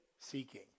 seeking